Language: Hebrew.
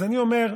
אז אני אומר: